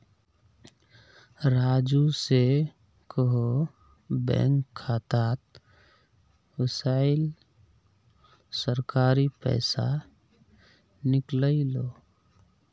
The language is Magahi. राजू स कोहो बैंक खातात वसाल सरकारी पैसा निकलई ले